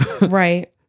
right